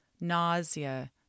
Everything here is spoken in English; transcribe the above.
nausea